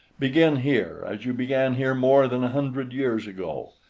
begin here, as you began here more than a hundred years ago,